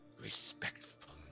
respectful